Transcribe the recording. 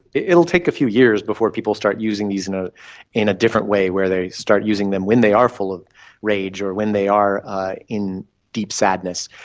it will take a few years before people start using these in ah in a different way where they start using them when they are full of rage or when they are in deep sadness.